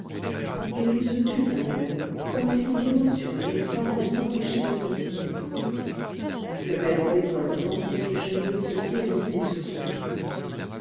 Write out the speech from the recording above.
et il se tut un moment comme si l'émotion et l'effroi l'eussent empêché de continuer le maître d'école sentit ses cheveux se hérisser sur son front